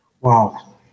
wow